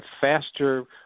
faster